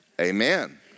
Amen